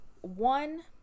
one